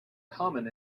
common